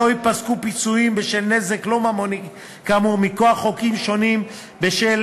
וכי לא ייפסקו פיצויים בשל נזק לא ממוני כאמור מכוח חוקים שונים בשל